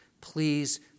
please